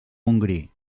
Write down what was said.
montgrí